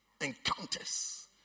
Encounters